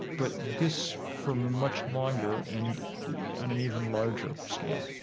but this for much longer and yeah on an even larger scale